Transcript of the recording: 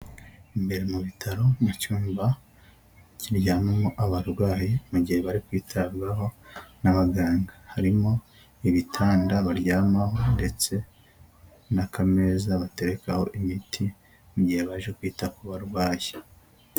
Imbere mu bitaro mu cyumba kiryamamo abarwayi mu gihe bari kwitabwaho n'abaganga harimo ibitanda baryamaho ndetse nakameza baterekaho imiti mu gihe baje kwita ku barwayi.